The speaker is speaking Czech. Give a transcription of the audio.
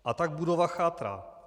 A tak budova chátrá.